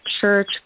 church